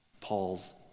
Paul's